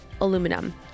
aluminum